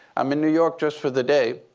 i'm in new york just for the day.